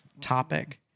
topic